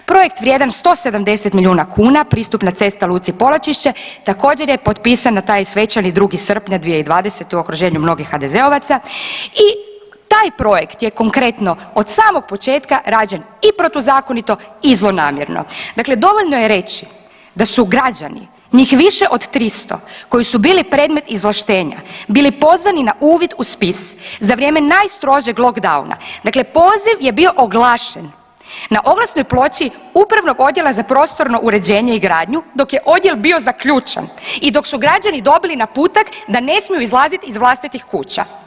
Projekt vrijedan 170 milijuna kuna pristupna cesta Luci Polačišće također je potpisan na taj svečani 2. srpnja 2020. u okruženju mnogih HDZ-ovaca i taj projekt je konkretno od samog početka rađen i protuzakonito i zlonamjerno, dakle dovoljno je reći da su građani njih više od 300 koji su bili predmet izvlaštenja bili pozvani na uvid u spis za vrijeme najstrožeg lockdowna, dakle poziv je bio oglašen na oglasnoj ploči Upravnog odjela za prostorno uređenje i gradnju dok je odjel bio zaključan i dok su građani dobili naputak da ne smiju izlazit iz vlastitih kuća.